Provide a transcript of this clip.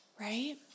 right